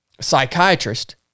psychiatrist